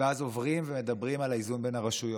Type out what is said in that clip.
ואז עוברים ומדברים על האיזון בין הרשויות,